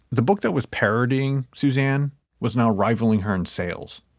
the book that was parodying suzanne was now rivalling hearn's sales,